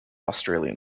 australian